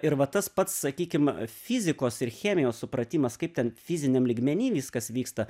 ir va tas pats sakykim fizikos ir chemijos supratimas kaip ten fiziniam lygmeny viskas vyksta